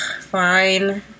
fine